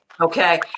okay